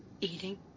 eating